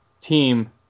team